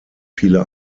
viele